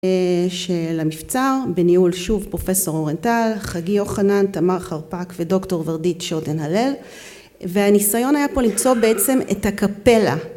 של המבצר בניהול שוב פרופסור אורן טל, חגי יוחנן, תמר חרפק ודוקטור ורדית שוטן-הלל והניסיון היה פה למצוא בעצם את הקפלה